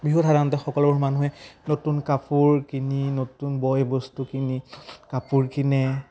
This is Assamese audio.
বিহুত সাধাৰণতে সকলো মানুহে নতুন কাপোৰ কিনি নতুন বয় বস্তু কিনি কাপোৰ কিনে